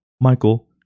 Michael